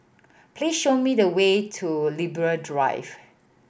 please show me the way to Libra Drive